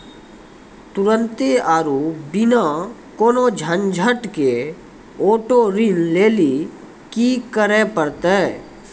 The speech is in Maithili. तुरन्ते आरु बिना कोनो झंझट के आटो ऋण लेली कि करै पड़तै?